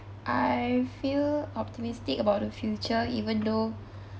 I feel optimistic about the future even though